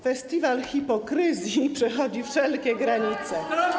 Festiwal hipokryzji przechodzi wszelkie granice.